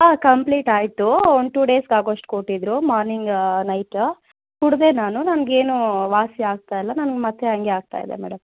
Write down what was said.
ಹಾಂ ಕಂಪ್ಲೀಟ್ ಆಯಿತು ಒಂದು ಟು ಡೇಸ್ಗೆ ಆಗೋಷ್ಟು ಕೊಟ್ಟಿದ್ದರು ಮಾರ್ನಿಂಗ್ ನೈಟ್ ಕುಡಿದೇ ನಾನು ನನಗೇನು ವಾಸಿ ಆಗ್ತಾ ಇಲ್ಲ ನನ್ಗೆ ಮತ್ತೆ ಹಂಗೆ ಆಗ್ತಾ ಇದೆ ಮೇಡಮ್